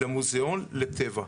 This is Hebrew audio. למוזיאון לטבע.